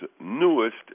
newest